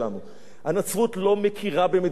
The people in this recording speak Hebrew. הנצרות לא מכירה במדינת ישראל,